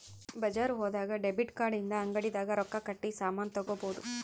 ಬಜಾರ್ ಹೋದಾಗ debit card ಇಂದ ಅಂಗಡಿ ದಾಗ ರೊಕ್ಕ ಕಟ್ಟಿ ಸಾಮನ್ ತಗೊಬೊದು